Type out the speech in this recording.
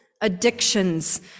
addictions